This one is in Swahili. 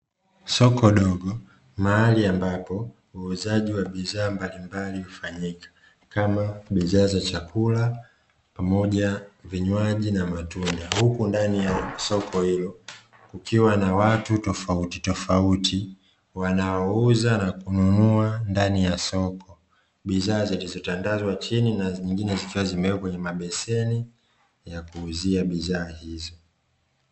Soko dogo mahali ambapo uuzaji wa bidhaa mbalimbali hufanyika, kama bidhaa za chakula pamoja vinywaji na matunda, huko ndani ya soko hilo kukiwa na watu tofauti tofauti wanaouza na kununua ndani ya soko, bidhaa zilizotandazwa chini na zingine zikiwa zimewekwa kwenye mabeseni ya kuuzia bidhaa hizo.